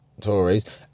Tories